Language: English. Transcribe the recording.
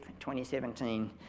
2017